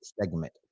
segment